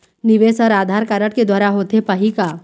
निवेश हर आधार कारड के द्वारा होथे पाही का?